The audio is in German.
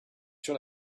schon